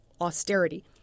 austerity